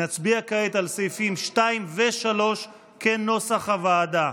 נצביע כעת על סעיפים 2 ו-3 כנוסח הוועדה.